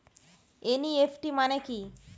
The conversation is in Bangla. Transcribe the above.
এন.ই.এফ.টি মনে কি?